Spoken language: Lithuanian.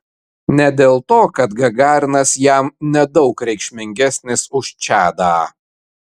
ne dėl to kad gagarinas jam nedaug reikšmingesnis už čadą